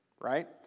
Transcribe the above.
right